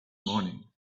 morning